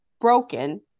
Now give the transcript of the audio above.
broken